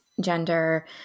gender